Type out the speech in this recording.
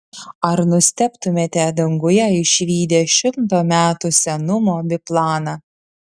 ar nustebtumėte danguje išvydę šimto metų senumo biplaną